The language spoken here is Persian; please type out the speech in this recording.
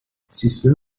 سیستم